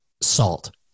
salt